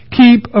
keep